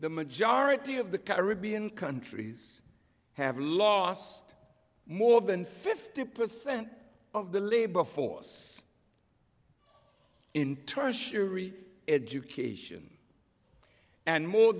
the majority of the caribbean countries have lost more than fifty percent of the labor force in tertiary education and more